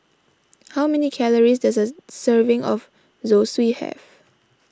how many calories does a serving of Zosui have